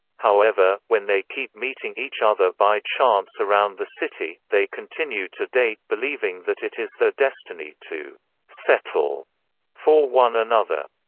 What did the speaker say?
however, when they keep meeting each other by chance around the city, they continue to date believing that it is their destiny to settle for one another.